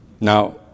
Now